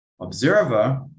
observer